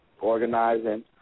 organizing